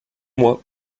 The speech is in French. mois